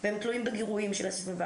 ואנחנו בבית הספר.